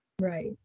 Right